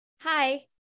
Hi